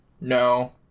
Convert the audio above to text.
no